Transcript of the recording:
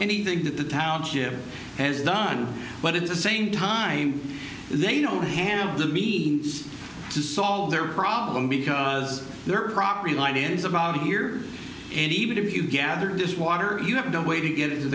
anything that the township has done but it's the same time they don't have the means to solve their problem because their property line ends about here and even if you gather this water you have no way to get i